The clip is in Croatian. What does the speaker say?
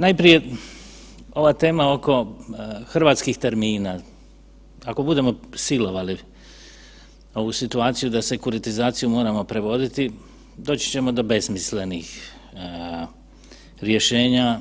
Najprije ova tema oko hrvatskih termina, ako budemo silovali ovu situaciju da sekuratizaciju moramo prevoditi doći ćemo do besmislenih rješenja